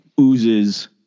oozes